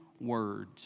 words